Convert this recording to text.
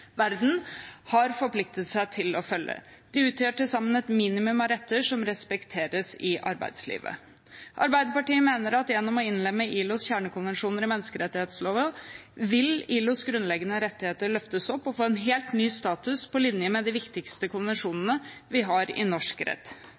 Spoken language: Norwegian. har forpliktet seg til å følge. De utgjør til sammen et minimum av retter som respekteres i arbeidslivet. Arbeiderpartiet mener at gjennom å innlemme ILOs kjernekonvensjoner i menneskerettsloven vil ILOs grunnleggende rettigheter løftes opp og få en helt ny status, på linje med de viktigste